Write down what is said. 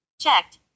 checked